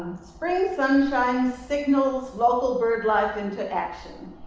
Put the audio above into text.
spring sunshine signals local bird life into action.